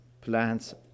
plants